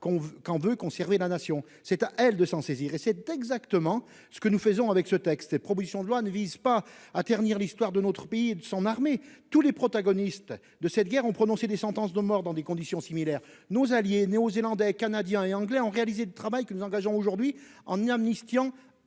on veut conserver la nation, c'est à elle de s'en saisir et c'est exactement ce que nous faisons avec ce texte et propositions de loi ne vise pas à ternir l'histoire de notre pays et de son armée, tous les protagonistes de cette guerre, ont prononcé des sentences de mort dans des conditions similaires. Nos alliés néo-zélandais canadiens et anglais ont réalisé de travail que nous engageons aujourd'hui en amnistiant